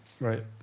Right